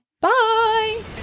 Bye